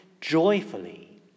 joyfully